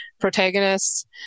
protagonists